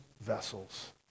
vessels